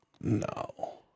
No